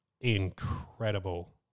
incredible